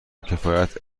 کفایت